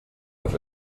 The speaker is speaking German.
auf